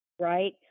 right